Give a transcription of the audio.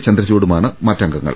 ചന്ദ്രചൂഡുമാണ് മറ്റംഗങ്ങൾ